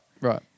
right